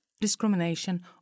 discrimination